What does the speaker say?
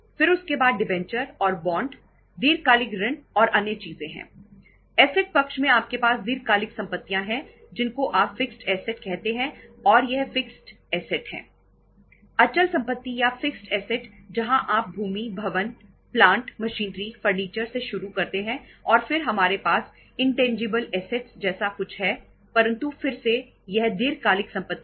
फिर उसके बाद डिवेंचर का ऊपरी हिस्सा है